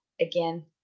Again